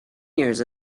years